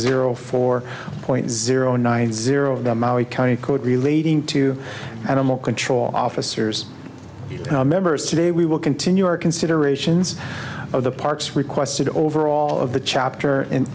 zero four point zero nine zero of the county code relating to animal control officers members today we will continue our considerations of the parks requested overall of the chapter